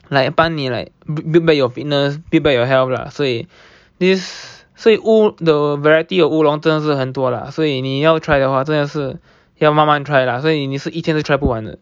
like 帮你 like build back your fitness build back your health lah 所以 this 所以 oo~ the variety of 乌龙真的是很多啦所以你要 try 的话真的是要慢慢 try 啦所以你是一天都 try 不完的